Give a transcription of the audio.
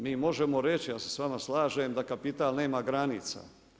Mi možemo reći, da se s vama slažem da kapital nema granica.